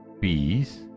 peace